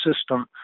system